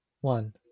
one